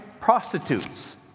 prostitutes